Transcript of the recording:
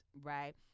right